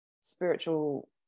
spiritual